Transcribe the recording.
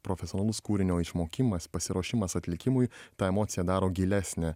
profesionalus kūrinio išmokimas pasiruošimas atlikimui tą emociją daro gilesnę